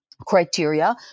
criteria